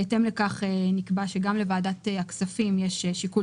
בהתאם לכך נקבע שגם לוועדת הכספים יהיה שיקול